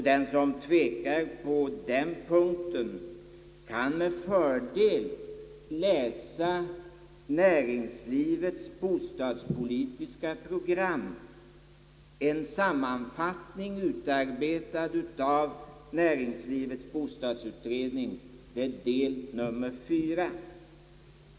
Den som tvekar på den punkten kan med fördel läsa näringslivets bostadspolitiska program, en sammanfattning utarbetad av näringslivets bo stadsutredning, del nr 4.